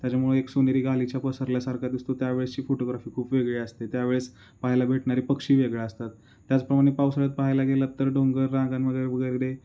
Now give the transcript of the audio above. त्याच्यामुळे एक सोनेरी गालिचा पसरल्यासारखा दिसतो त्यावेळेसची फोटोग्राफी खूप वेगळी असते त्यावेळेस पाहायला भेटणारे पक्षी वेगळा असतात त्याचप्रमाणे पावसाळ्यात पाहायला गेलात तर डोंगररांगा वगैरे